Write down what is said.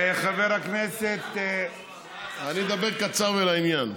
חבר הכנסת, אני אדבר קצר ולעניין.